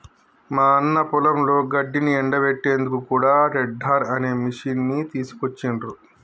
మా అన్న పొలంలో గడ్డిని ఎండపెట్టేందుకు కూడా టెడ్డర్ అనే మిషిని తీసుకొచ్చిండ్రు